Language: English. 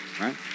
Right